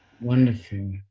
Wonderful